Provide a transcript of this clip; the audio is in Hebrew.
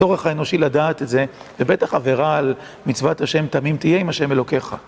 הצורך האנושי לדעת את זה, ובטח עבירה על מצוות ה' תמים תהיה עם ה' אלוקיך.